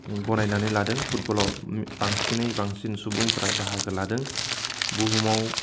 गनायनानै लादों फुटबलाव बांसिनै बांसिन सुबुंफ्रा बाहागो लादों बुहुमाव